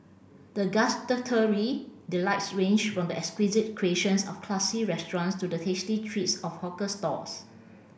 the gustatory delights range from the exquisite creations of classy restaurants to the tasty treats of hawker stalls